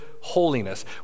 holiness